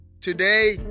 today